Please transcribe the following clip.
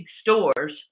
stores